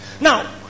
Now